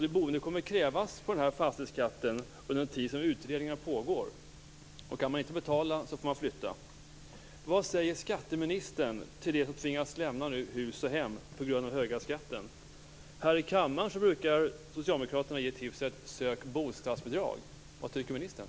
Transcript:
De boende kommer att krävas på den fastighetsskatten under den tid som utredningarna pågår. Kan man inte betala får man flytta. Här i kammaren brukar socialdemokraterna ge tipset att man skall söka bostadsbidrag. Vad tycker ministern?